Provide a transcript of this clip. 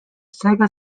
sega